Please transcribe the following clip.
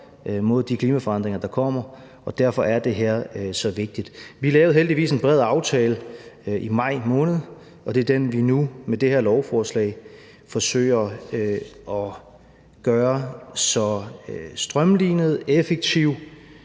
imod de klimaforandringer, der kommer, og derfor er det her så vigtigt. Vi lavede heldigvis en bred aftale i maj måned, og det er den, vi nu med det her lovforslag forsøger at gøre så strømlinet, effektiv